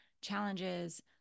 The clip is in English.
challenges